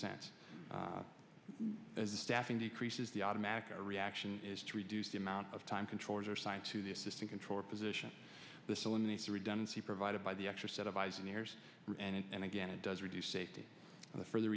sense as the staffing decreases the automatic reaction is to reduce the amount of time controllers are signed to the system controller position this eliminates the redundancy provided by the extra set of eyes and ears and again it does reduce safety the further